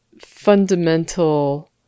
fundamental